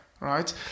right